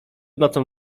nocą